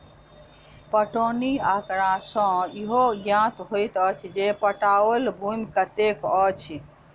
पटौनी आँकड़ा सॅ इहो ज्ञात होइत अछि जे पटाओल भूमि कतेक अछि